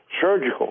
surgical